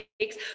takes